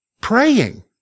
praying